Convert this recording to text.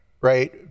right